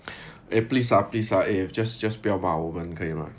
eh please ah please ah eh just just 不要骂我们可以吗